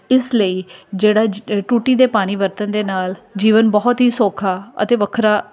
ਇਸ ਲਈ ਜਿਹੜਾ ਜ ਟੂਟੀ ਦੇ ਪਾਣੀ ਵਰਤਣ ਦੇ ਨਾਲ ਜੀਵਨ ਬਹੁਤ ਹੀ ਸੌਖਾ ਅਤੇ ਵੱਖਰਾ